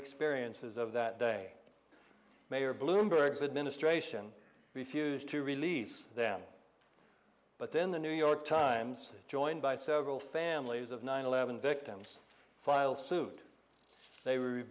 experiences of that day mayor bloomberg said ministration refused to release them but then the new york times joined by several families of nine eleven victims filed suit they were